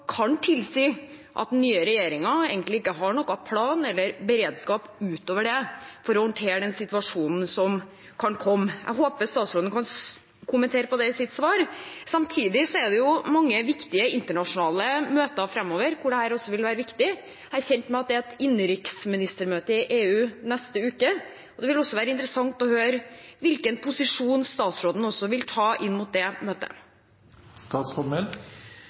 kan tilsi at den nye regjeringen egentlig ikke har noen plan eller beredskap utover det for å håndtere den situasjonen som kan komme. Jeg håper statsråden kan kommentere det i sitt svar. Samtidig er det mange viktige internasjonale møter framover hvor dette også vil være viktig. Jeg er kjent med at det er et innenriksministermøte i EU neste uke, og det vil være interessant å høre hvilken posisjon statsråden vil ta inn mot det